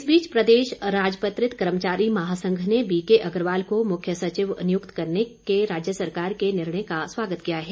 इस बीच प्रदेश अराजपत्रित कर्मचारी महासंघ ने बीकेअग्रवाल को मुख्य सचिव नियुक्त करने के राज्य सरकार के निर्णय का स्वागत किया है